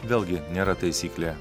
vėlgi nėra taisyklė